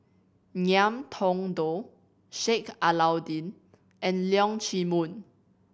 Ngiam Tong Dow Sheik Alau'ddin and Leong Chee Mun